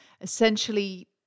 Essentially